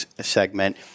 segment